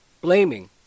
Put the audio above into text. Blaming